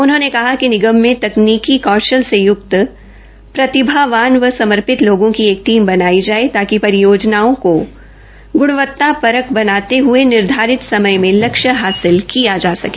उन्होंने कहा कि निगम में तकनीकी कौशल से य्क्त प्रतिभावान व समर्पित लोगों की एक टीम बनाई जाए ताकि परियोजनाओं को ग्णवतापरक बनाते हए निर्धारित समय में लक्ष्य हासिल किया जा सके